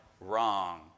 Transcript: wrong